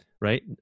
right